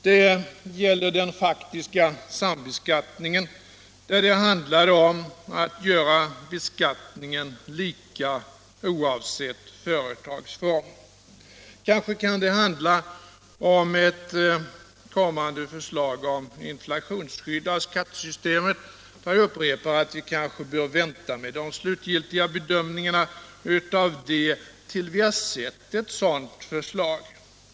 Vidare gäller det den faktiska sambeskattningen, där det handlade om att göra beskattningen lika oavsett företagsform. Kanske kan det dessutom röra sig om ett kommande förslag till inflationsskydd i skattesystemet. Jag upprepar att vi kanske bör vänta med de slutgiltiga bedömningarna tills vi har sett ett sådant förslag.